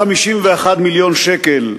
251 מיליון שקל ב-2011,